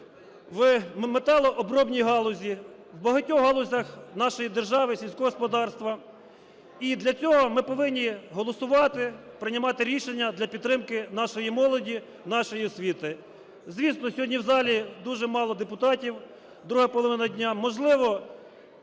в металообробній галузі, в багатьох галузях нашої держави, сільського господарства. І для цього ми повинні голосувати, приймати рішення для підтримки нашої молоді, нашої освіти. Звісно, сьогодні в залі дуже мало депутатів (друга половина дня).